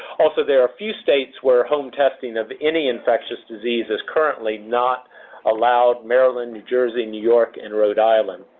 also, there are few states where home testing of any infectious disease is currently not allowed. maryland, new jersey, new york, and rhode island.